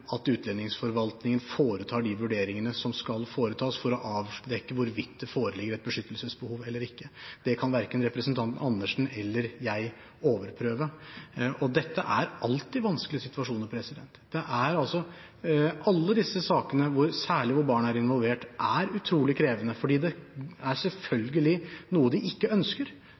at utlendingsforvaltningen foretar de vurderingene som skal foretas for å avdekke hvorvidt det foreligger et beskyttelsesbehov eller ikke. Det kan verken representanten Andersen eller jeg overprøve. Og dette er alltid vanskelige situasjoner. Alle disse sakene, særlig de hvor barn er involvert, er utrolig krevende fordi det selvfølgelig er